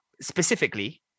specifically